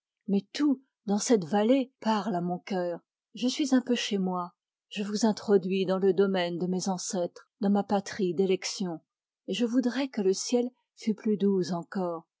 mais tout dans cette vallée parle à mon cœur je suis un peu chez moi je vous introduis dans le domaine de mes ancêtres dans ma patrie d'élection et je voudrais que le ciel fût plus doux encore